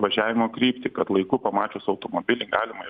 važiavimo kryptį kad laiku pamačius automobilį galima ir